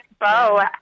Bo